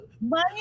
Money